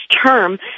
term